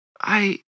I-